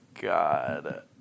God